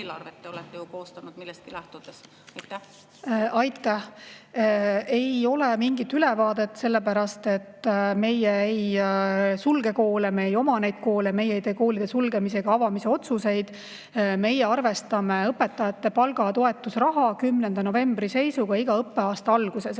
Aitäh! Ei ole mingit ülevaadet, sellepärast et meie ei sulge koole, me ei oma neid koole, meie ei tee koolide sulgemise ega avamise otsuseid. Meie arvestame õpetajate palgatoetuse raha 10. novembri seisuga iga õppeaasta alguses.